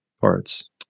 parts